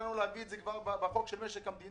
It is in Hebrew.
ותכננו להביא את זה כבר בחוק של משק המדינה.